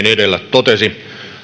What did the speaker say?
totesi